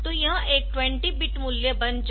तो यह एक 20 बिट मूल्य बन जाएगा